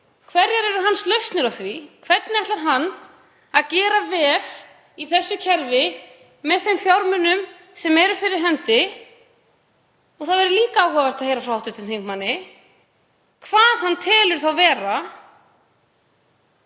hverjar lausnir hans eru á því. Hvernig ætlar hann að gera vel í þessu kerfi með þeim fjármunum sem eru fyrir hendi? Það væri líka áhugavert að heyra frá hv. þingmanni hvað hann telur þá ekki